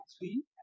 three